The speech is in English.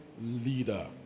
leader